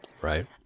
Right